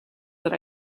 that